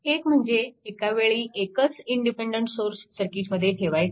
एक म्हणजे एकावेळी एकच इंडिपेन्डन्ट सोर्स सर्किटमध्ये ठेवायचा